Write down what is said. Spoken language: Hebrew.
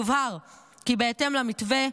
יובהר כי בהתאם למתווה,